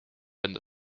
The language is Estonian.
enda